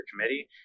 committee